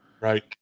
Right